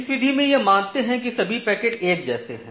इस विधि में यह मानते हैं कि सभी पैकेट एक जैसे हैं